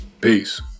peace